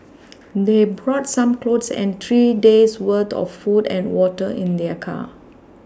they brought some clothes and three days' worth of food and water in their car